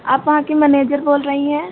आप वहाँ की मैनेज़र बोल रही हैं